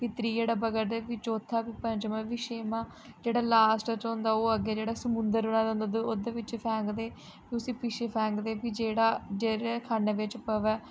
फ्ही त्रीआ डब्बा करदे फ्ही चौथा फ्ही पंजमा फ्ही छेमां जेह्ड़ा लास्ट च होंदा ओह् अग्गें जेह्ड़ा समुंदर बनाए दा होंदा ओह्दे बिच्च फैंकदे फ्ही उसी पिच्छें फैंकदे फ्ही जेह्ड़ा जेह्ड़े खान्ने बिच्च पवै